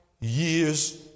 years